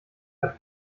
hat